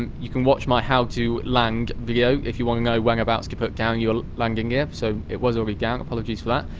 and you can watch my how to land video if you wanna know when abouts to put down your landing gear so it was already down apologies for that.